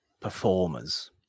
performers